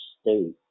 state